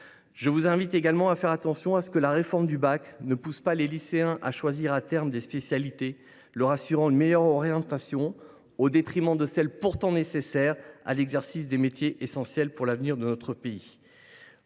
Je vous invite également à veiller à ce que la réforme du bac ne pousse pas les lycéens à choisir à terme des spécialités leur assurant une meilleure orientation au détriment de celles qui sont pourtant nécessaires à l’exercice des métiers essentiels pour l’avenir de notre pays.